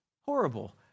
Horrible